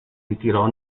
ritirò